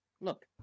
Look